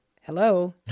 hello